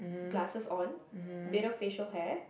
glasses on a bit of facial hair